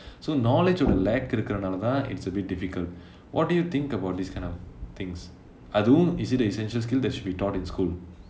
so knowledge ஒரே:orae lack இருக்குறனாளேதான்:irukkuranaalaethaan it's a bit difficult what do you think about these kind of things அதுவும்:athuvum is it a essential skill that should be taught in school